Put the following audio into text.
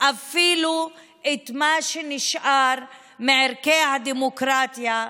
אפילו את מה שנשאר מערכי הדמוקרטיה,